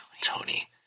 Tony